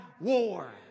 war